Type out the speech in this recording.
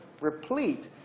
replete